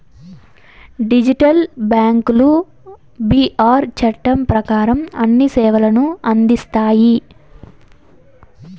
digital బ్యాంకులు BR చట్టం ప్రకారం అన్ని సేవలను అందిస్తాయి